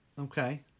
Okay